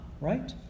right